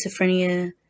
schizophrenia